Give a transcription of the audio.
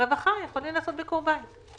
מהרווחה יכולים לעשות ביקור בית.